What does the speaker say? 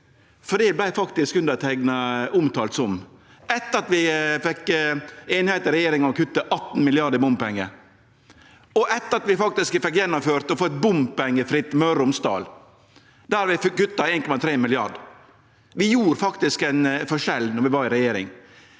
For det vart faktisk underteikna omtalt som – etter at vi fekk einigheit i regjeringa om å kutte 18 mrd. kr i bompengar, og etter at vi faktisk fekk gjennomført å få eit bompengefritt Møre og Romsdal, der vi fekk kutta 1,3 mrd. kr. Vi gjorde faktisk ein forskjell då vi var i regjering